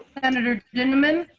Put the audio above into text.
senator dinniman